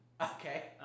Okay